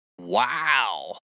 Wow